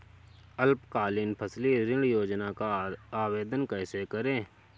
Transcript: अल्पकालीन फसली ऋण योजना का आवेदन कैसे करें?